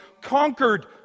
conquered